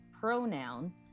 pronoun